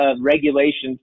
regulations